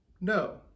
No